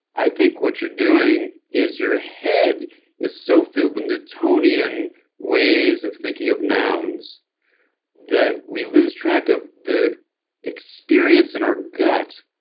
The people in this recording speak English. i think what you're doing is your ah head is so filled with newtonian ways of thinking of nouns that we lose track of the experience in our gut,